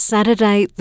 Saturday